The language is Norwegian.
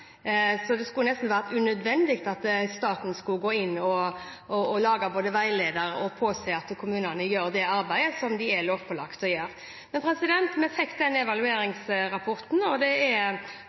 så det skulle nesten vært unødvendig at staten måtte gå inn og lage veileder og påse at kommunene gjør det arbeidet som de er lovpålagt å gjøre. Vi fikk evalueringsrapporten, og dette er så viktig at vi brukte den tiden vi trengte. Det er